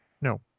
No